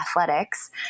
athletics